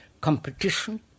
competition